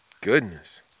Goodness